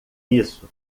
isso